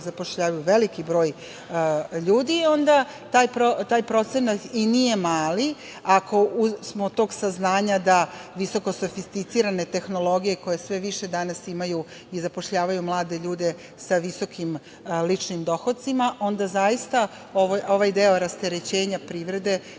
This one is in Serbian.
zapošljavaju veliki broj ljudi, onda taj procenat i nije mali ako smo tog saznanja da visoko sofisticirane tehnologije koje sve više danas imaju i zapošljavaju mlade ljude sa visokim ličnim dohocima, onda zaista ovaj deo rasterećenja privrede